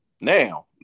now